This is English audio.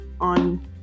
on